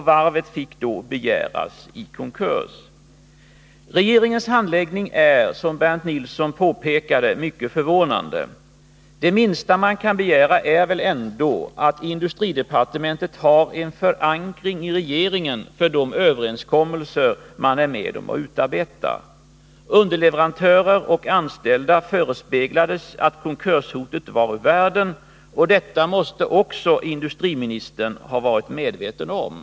Varvet fick då begäras i konkurs. Regeringens handläggning är, som Bernt Nilsson påpekade, mycket förvånande. Det minsta man kan begära är väl ändå att industridepartementet har en förankring i regeringen för de överenskommelser man är med om att utarbeta. Underleverantörer och anställda förespeglades att konkurshotet var ur världen. Detta måste också industriministern ha varit medveten om.